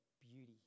beauty